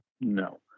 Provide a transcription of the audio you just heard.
No